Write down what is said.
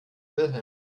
wilhelm